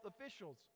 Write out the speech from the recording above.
officials